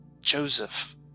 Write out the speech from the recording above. Joseph